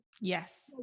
yes